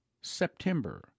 September